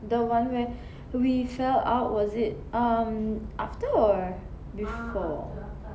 the one where we fell out was it um after or before